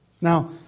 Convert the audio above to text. Now